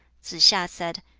tsze-hsia said,